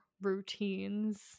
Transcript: routines